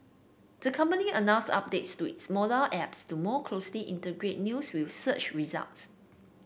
the company announced updates to its mobile app to more closely integrate news with search results